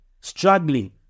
struggling